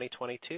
2022